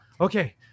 Okay